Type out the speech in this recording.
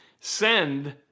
send